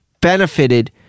benefited